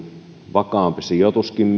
vakaampi sijoituskin